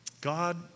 God